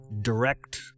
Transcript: direct